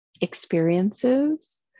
experiences